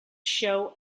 show